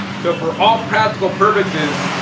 so for all practical purposes,